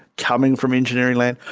coming from engineering land,